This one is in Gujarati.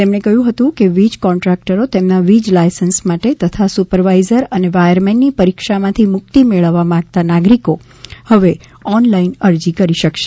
તેમણે ઉમેર્યું હતું કે વીજ કોન્ટ્રાકટરો તેમના વીજ લાયસન્સ માટે તથા સુપરવાઇઝર અને વાયરમેનની પરીક્ષામાંથી મુક્તિ મેળવવા માંગતા નાગરિકો હવે ઓનલાઈન અરજી કરી શકશે